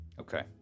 okay